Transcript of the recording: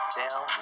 down